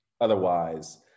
Otherwise